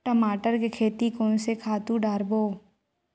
टमाटर के खेती कोन से खातु डारबो?